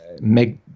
make